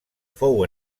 fou